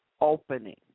opening